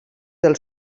del